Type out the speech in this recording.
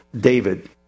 David